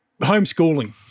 homeschooling